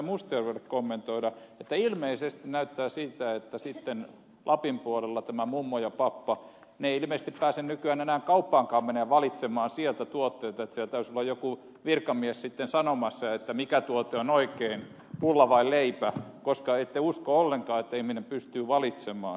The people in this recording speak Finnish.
mustajärvelle kommentoida että ilmeisesti näyttää siltä että lapin puolella tämä mummo ja pappa ilmeisesti ei pääse nykyään enää kauppaankaan menemään valitsemaan sieltä tuotteita ilman että siellä täytyisi olla joku virkamies sitten sanomassa että mikä tuote on oikea pulla vai leipä koska ette usko ollenkaan että ihminen pystyy valitsemaan